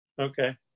Okay